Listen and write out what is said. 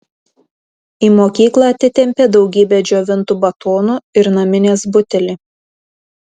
į mokyklą atitempė daugybę džiovintų batonų ir naminės butelį